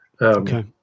Okay